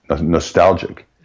nostalgic